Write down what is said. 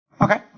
okay